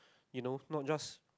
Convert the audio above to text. you know not just